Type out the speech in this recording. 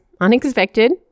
unexpected